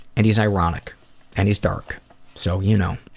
and he's ironic and he's dark so you know,